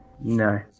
No